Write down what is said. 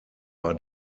war